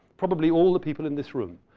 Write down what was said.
probably all the people in this room,